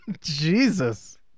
Jesus